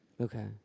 Okay